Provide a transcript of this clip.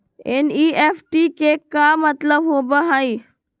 NEFT के का मतलव होव हई?